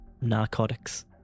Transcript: narcotics